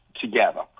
together